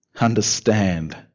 understand